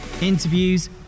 interviews